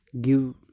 give